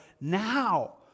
Now